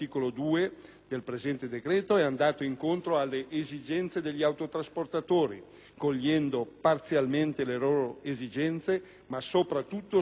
cogliendo parzialmente le loro esigenze ma, soprattutto, scongiurando la preannunciata manifestazione di protesta. Signor Presidente,